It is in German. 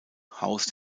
haus